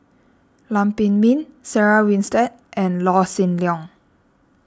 Lam Pin Min Sarah Winstedt and Law Shin Leong